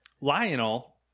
Lionel